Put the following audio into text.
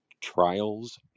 Trials